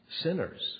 sinners